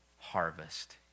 harvest